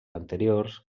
anteriors